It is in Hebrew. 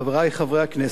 חברי חברי הכנסת,